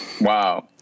Wow